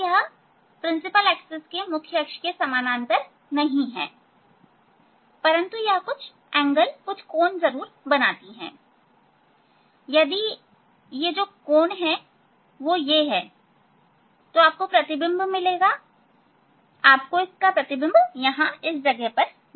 यह मुख्य अक्ष के समानांतर नहीं है परंतु यह कुछ कोण बनाती है यदि यह कुछ कोण बनाती हैआपको प्रतिबिंब मिलेगा आपको इसका प्रतिबिंब यहां मिलेगा